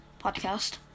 podcast